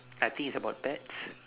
I think it's about pets